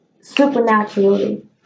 supernaturally